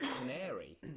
canary